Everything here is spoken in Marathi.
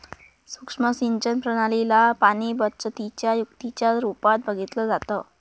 सुक्ष्म सिंचन प्रणाली ला पाणीबचतीच्या युक्तीच्या रूपात बघितलं जातं